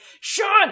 Sean